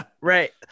Right